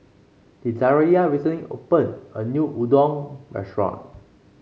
Desirae recently opened a new Udon Restaurant